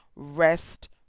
Rest